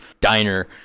diner